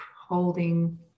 holding